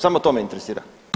Samo to me interesira.